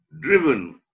driven